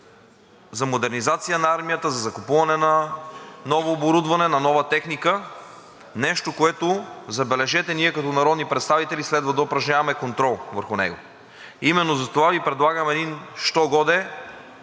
за модернизация на армията, за закупуване на ново оборудване, на нова техника – нещо, върху което, забележете, ние като народни представители следва да упражняваме контрол. Именно затова Ви предлагам един що-годе